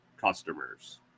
customers